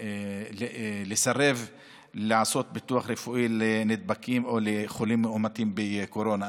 לסרב לעשות ביטוח רפואי לנדבקים או לחולים מאומתים בקורונה.